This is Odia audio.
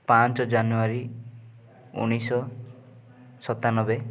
ପାଞ୍ଚ ଜାନୁଆରୀ ଉଣେଇଶହ ସତାନବେ